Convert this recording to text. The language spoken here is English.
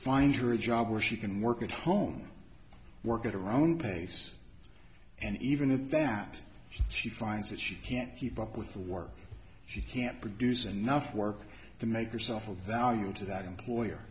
a job where she can work at home work at her own pace and even at that she finds that she can't keep up with the work she can't produce enough work to make herself of value to that employer